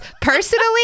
personally